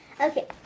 Okay